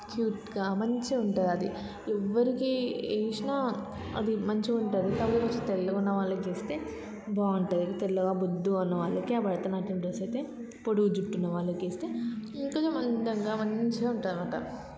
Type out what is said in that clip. క్యూట్గా మంచిగా ఉంటుంది అది ఎవరికి వేసిన అది మంచిగా ఉంటుంది కాకపోతే కొంచెం తెల్లగా ఉన్న వాళ్ళకి వేస్తే బాగుంటుంది తెల్లగా బొద్దుగా ఉన్న వాళ్ళకి ఆ భరతనాట్యం డ్రెస్ అయితే పొడుగు జుట్టు ఉన్న వాళ్ళకి వేస్తే ఇంకొంచెం అందంగా మంచిగా ఉంటారు అన్నమాట